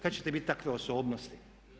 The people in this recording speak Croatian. Kada ćete biti takve osobnosti?